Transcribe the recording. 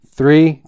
Three